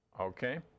okay